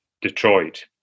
Detroit